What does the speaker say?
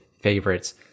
favorites